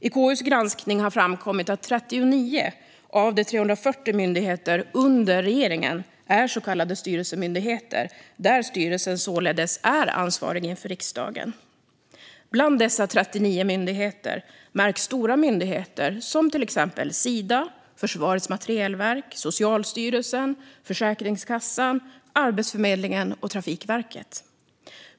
I KU:s granskning har det framkommit att 39 av 340 myndigheter under regeringen är så kallade styrelsemyndigheter, där styrelsen således är ansvarig inför regeringen. Bland dessa 39 myndigheter märks stora myndigheter som till exempel Sida, Försvarets materielverk, Socialstyrelsen, Försäkringskassan, Arbetsförmedlingen och Trafikverket.